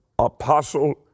Apostle